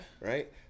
right